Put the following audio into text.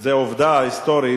וזו עובדה היסטורית,